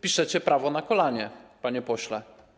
Piszecie prawo na kolanie, panie pośle.